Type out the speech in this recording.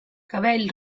cabell